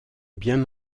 bien